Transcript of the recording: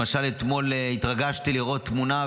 למשל אתמול התרגשתי לראות תמונה,